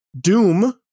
Doom